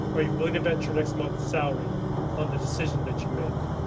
are you willing to bet your next month's salary on the decision that you make?